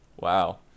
wow